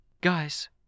Guys